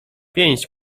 pięść